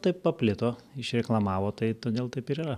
taip paplito išreklamavo tai todėl taip ir yra